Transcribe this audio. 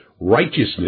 righteousness